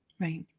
Right